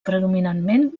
predominantment